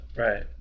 right